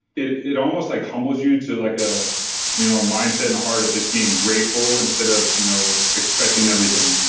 it it almost like humbles you to like ah you know a mindset and a heart of just being grateful instead of you know expecting everything,